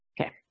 Okay